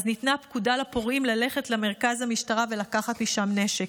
אז ניתנה פקודה לפורעים ללכת למרכז המשטרה ולקחת משם נשק.